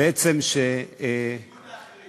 בעצם, בניגוד לאחרים.